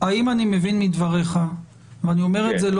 אני אומר את זה,